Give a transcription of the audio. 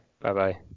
Bye-bye